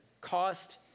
cost